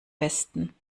besten